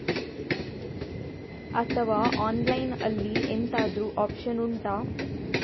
ಅಥವಾ ಆನ್ಲೈನ್ ಅಲ್ಲಿ ಎಂತಾದ್ರೂ ಒಪ್ಶನ್ ಉಂಟಾ